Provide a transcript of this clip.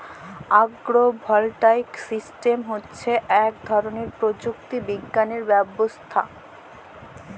আগ্র voltaic system হচ্যে ইক ধরলের প্রযুক্তি বিজ্ঞালের চাসের ব্যবস্থা